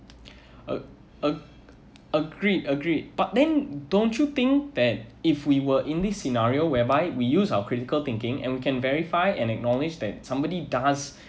a~ a~ agreed agreed but then don't you think that if we were in this scenario whereby we use our critical thinking and can verify and acknowledged that somebody does